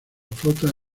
flota